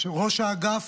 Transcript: יושב-ראש האגף,